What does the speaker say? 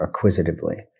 acquisitively